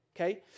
Okay